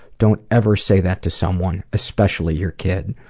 don't ever say that to someone, especially your kid.